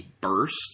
burst